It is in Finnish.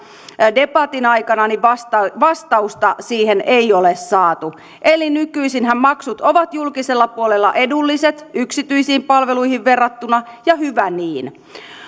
debatin aikana niin vastausta vastausta siihen ei ole saatu eli nykyisinhän maksut ovat julkisella puolella edulliset yksityisiin palveluihin verrattuna ja hyvä niin